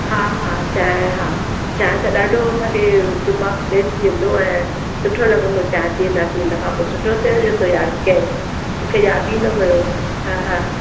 हा हा चांहि हा चांहि त ॾाढो असां खे दिमाग फ्रैश थी वेंदो ऐं सुठो लॻंदो चांहि पीअंदासीं इनखां पोइ सुठो थियो जो तो यादि कए मूंखे यादि ई न हुओ हा हा